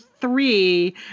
three